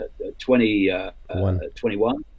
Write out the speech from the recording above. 2021